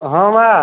ହଁ ମାଁ